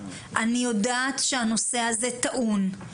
אני יודעת שהנושא הזה טעון.